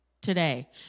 today